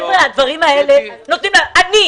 הדברים האלה נותנים להם אוויר.